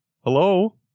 Hello